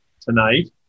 tonight